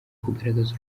kugaragaza